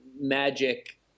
magic